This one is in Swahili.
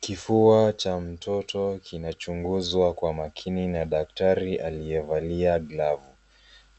Kifua cha mtoto kinachunguzwa kwa makini na daktari aliyevalia glavu,